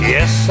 Yes